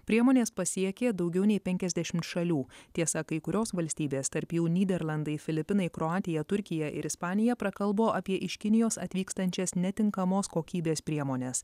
priemonės pasiekė daugiau nei penkiasdešimt šalių tiesa kai kurios valstybės tarp jų nyderlandai filipinai kroatija turkija ir ispanija prakalbo apie iš kinijos atvykstančias netinkamos kokybės priemones